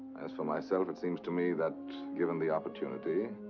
as for myself, it seems to me that, given the opportunity,